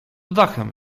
dachem